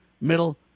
middle